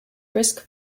brisk